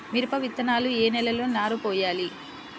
మిరప విత్తనాలు ఏ నెలలో నారు పోయాలి?